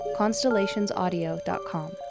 ConstellationsAudio.com